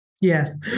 Yes